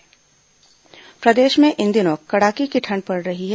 school समय प्रदेश में इन दिनों कड़ाके की ठंड पड़ रही है